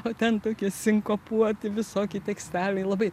o ten tokie sinkopuoti visokie teksteliai labai